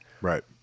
Right